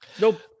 Nope